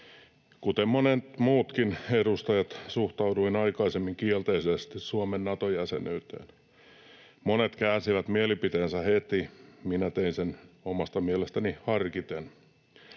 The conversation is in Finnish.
Kuten monet muutkin edustajat, suhtauduin aikaisemmin kielteisesti Suomen Nato-jäsenyyteen. Monet käänsivät mielipiteensä heti, minä tein sen omasta mielestäni harkiten.